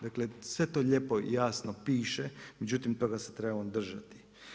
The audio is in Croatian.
Dakle sve to lijepo i jasno piše, međutim toga se trebamo držati.